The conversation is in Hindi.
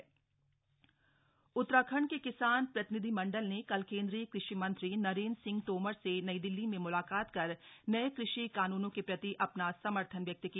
उतराखंड किसान समर्थन उत्तराखंड के किसान प्रतिनिधिमंडल ने कल केन्द्रीय कृषि मंत्री नरेन्द्र सिंह तोमर से नई दिल्ली में म्लाकात कर नये कृषि कानूनों के प्रति अपना समर्थन व्यक्त किया